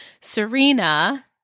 Serena